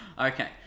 Okay